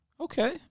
Okay